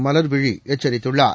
மலர்விழி எச்சரித்துள்ளார்